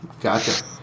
Gotcha